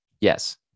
Yes